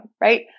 right